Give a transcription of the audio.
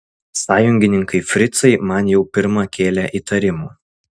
sąjungininkai fricai man jau pirma kėlė įtarimų